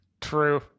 True